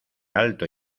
alto